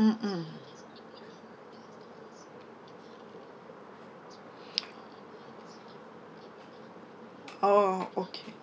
mm mm oo oh okay